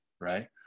Right